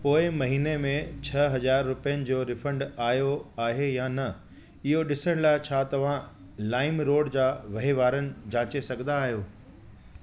पोए महीने में छह हज़ार रुपियनि जो रीफंड आयो आहे या न इहो ॾिसण लाइ छा तव्हां लाइमरोड जा वहिंवारनि जाचे सघंदा आहियो